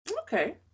Okay